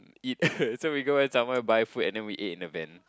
eat so we go and somewhere buy food and then we eat in the van